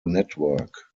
network